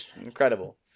Incredible